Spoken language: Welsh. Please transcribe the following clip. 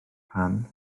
pan